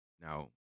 Now